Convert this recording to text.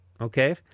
okay